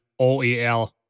OEL